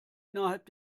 innerhalb